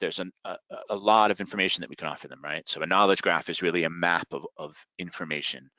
there's a lot of information that we can offer them, right? so a knowledge graph is really a map of of information.